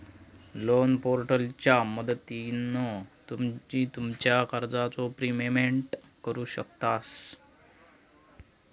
loan पोर्टलच्या मदतीन तुम्ही तुमच्या कर्जाचा प्रिपेमेंट करु शकतास